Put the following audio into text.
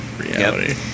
reality